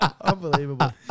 Unbelievable